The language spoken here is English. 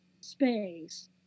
space